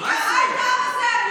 היא קרעה את העם הזה.